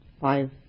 five